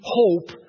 hope